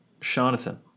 Jonathan